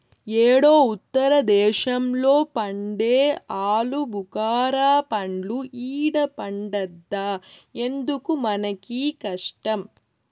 యేడో ఉత్తర దేశంలో పండే ఆలుబుకారా పండ్లు ఈడ పండద్దా ఎందుకు మనకీ కష్టం